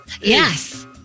yes